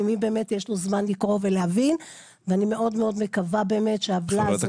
למי באמת יש זמן לקרוא ולהבין ואני מאוד מאוד מקווה שהעוולה הזאת,